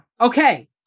Okay